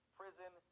prison